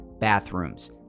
bathrooms